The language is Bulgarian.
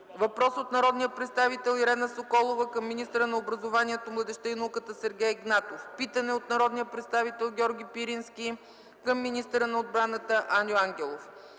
въпрос от народния представител Ирена Соколова към министъра на образованието, младежта и науката Сергей Игнатов; - питане от народния представител Георги Пирински към министъра на отбраната Аню Ангелов.